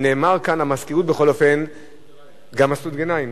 גם מסעוד גנאים.